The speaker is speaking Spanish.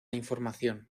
información